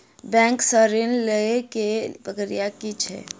Bank सऽ ऋण लेय केँ प्रक्रिया की छीयै?